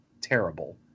terrible